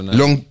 long